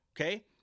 okay